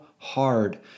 hard